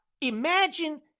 imagine